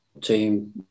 team